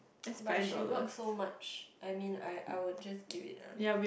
but she work so much I mean I I would just give it lah